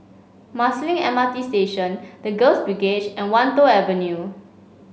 Marsiling M R T Station The Girls Brigade and Wan Tho Avenue